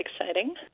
exciting